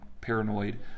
paranoid